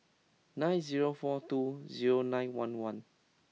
nine zero four two zero nine one one